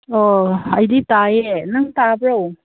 ꯑꯣ ꯑꯩꯗꯤ ꯇꯥꯏꯑꯦ ꯅꯪ ꯇꯥꯕ꯭ꯔꯣ